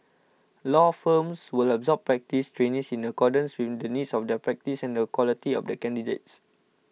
law firms will absorb practice trainees in accordance with the needs of their practice and the quality of the candidates